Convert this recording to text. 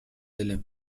элем